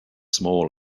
small